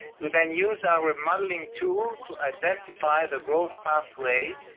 we then use our modeling tool to identify the growth pathway,